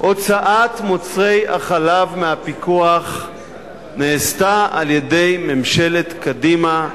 הוצאת מוצרי החלב מהפיקוח נעשתה על-ידי ממשלת קדימה.